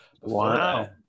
Wow